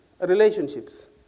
relationships